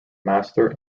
master